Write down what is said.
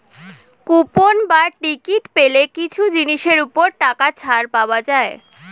coupon বা ticket পেলে কিছু জিনিসের ওপর টাকা ছাড় পাওয়া যায়